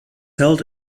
held